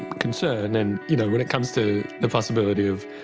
concern, and you know when it comes to the possibility of